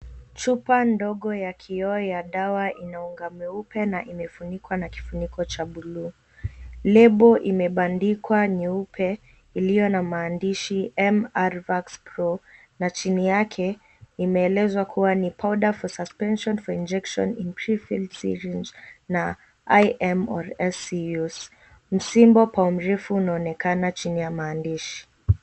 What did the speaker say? Chupa ndogo ya kioo ya dawa ina unga mweupe na imefunikwa na kifuniko cha buluu. Lebo imebandikwa nyeupe iliyo na maandishi M R VAX PRO na chini yake imeelezwa kuwa ni powder for suspension for injection in prefield syringe na IM or SCUs msimbo pau mrefu unaonekana chini ya maandishi.